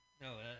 No